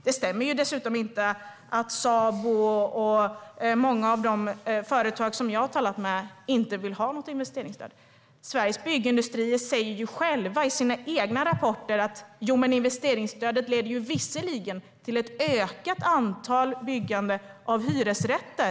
Det stämmer inte heller att Sabo, eller många av de företag som jag har talat med, inte vill ha investeringsstöd. Sveriges byggindustri säger ju själv i sina rapporter att investeringsstöd leder till att det byggs fler hyresrätter.